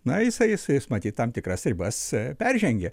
na jisai jisai jisai tam tikras ribas peržengė